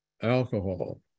alcohol